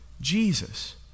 Jesus